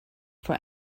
for